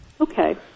Okay